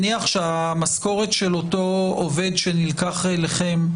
שהמשכורת של אותו עובד שנלקח אליכם,